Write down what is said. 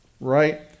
right